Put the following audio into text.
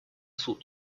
суд